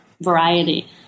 variety